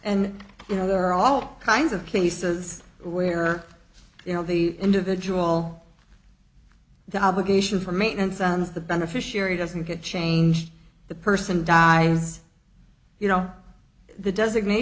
and you know there are all kinds of cases where you know the individual the obligation for maintenance and the beneficiary doesn't get changed the person dies you know the designat